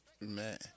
Man